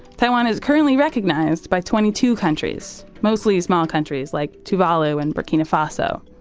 taiwan is currently recognized by twenty two countries, mostly small countries like tuvalu and burkina faso,